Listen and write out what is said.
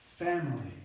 family